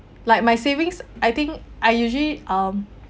like my savings I think I usually um